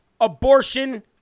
abortion